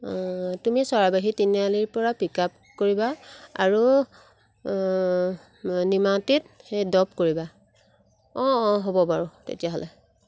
তুমি চৰাইবাহী তিনিআলিৰপৰা পিক আপ কৰিবা আৰু নিমাতীত সেই ড্ৰপ কৰিবা অঁ অঁ হ'ব বাৰু তেতিয়াহ'লে